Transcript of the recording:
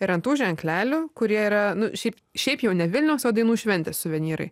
ir ant tų ženklelių kurie yra nu šiaip šiaip jau ne vilniaus o dainų šventės suvenyrai